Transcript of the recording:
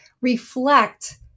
reflect